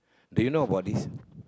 do you know about this